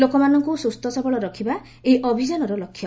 ଲୋକମାନଙ୍କୁ ସ୍ୱସ୍ଥ ସବଳ ରଖିବା ଏହି ଅଭିଯାନର ଲକ୍ଷ୍ୟ